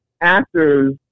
actors